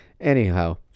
Anyhow